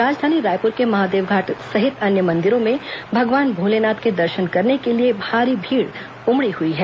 राजधानी रायपुर के महादेव घाट सहित अन्य मंदिरों में भगवान भोलेनाथ के दर्शन करने के लिए भारी भीड़ उमड़ी हुई है